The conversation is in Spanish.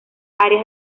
áreas